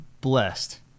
blessed